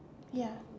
ya